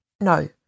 no